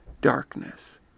darkness